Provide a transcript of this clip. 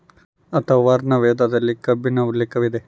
ಅಥರ್ವರ್ಣ ವೇದದಲ್ಲಿ ಕಬ್ಬಿಣ ಉಲ್ಲೇಖವಿದೆ